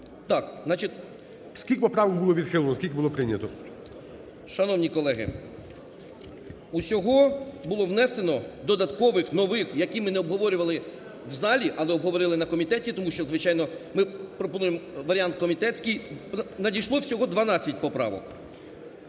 скільки поправок було відхилено, скільки було прийнято. ШИНЬКОВИЧ А.В. Шановні колеги, всього було внесено додаткових нових, які ми не обговорювали в залі, але обговорили на комітеті, тому що звичайно ми пропонуємо варіант комітетський. Надійшло всього 12 поправок,